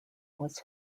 was